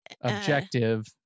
objective